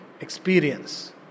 experience